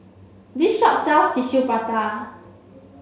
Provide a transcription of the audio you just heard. this shop sells Tissue Prata